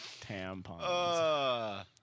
tampons